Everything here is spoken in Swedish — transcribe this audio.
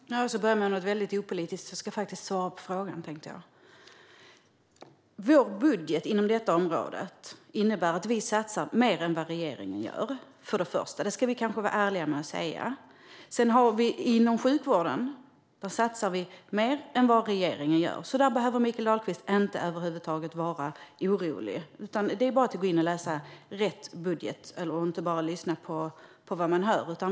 Fru talman! Jag tänkte börja med något väldigt opolitiskt, nämligen att faktiskt svara på frågan. Först och främst: I vårt budgetförslag satsar vi mer på detta område än vad regeringen gör. Det kanske vi ska vara ärliga med att säga. Sedan satsar vi mer inom sjukvården än vad regeringen gör. Mikael Dahlqvist behöver alltså över huvud taget inte vara orolig. Det är bara att gå in och läsa rätt budgetförslag och inte enbart lyssna på vad man hör.